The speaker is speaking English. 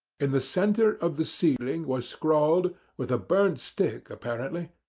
in the centre of the ceiling was scrawled, with a burned stick apparently,